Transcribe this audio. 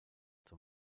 zum